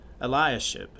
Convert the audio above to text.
Eliashib